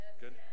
Good